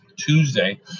Tuesday